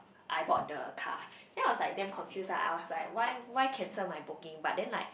I bought the car then I was like damn confuse ah I was like why why cancel my booking but then like